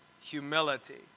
Humility